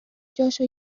جاشو